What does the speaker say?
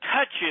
touches